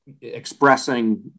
expressing